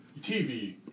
TV